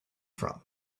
from